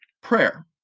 prayer